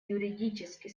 юридически